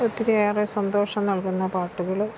ഒത്തിരിയേറെ സന്തോഷം നൽകുന്ന പാട്ടുകൾ